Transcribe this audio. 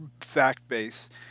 fact-based